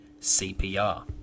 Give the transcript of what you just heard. CPR